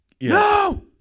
No